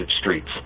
streets